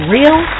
Real